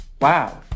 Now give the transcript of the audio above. Wow